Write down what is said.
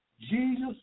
Jesus